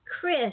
chris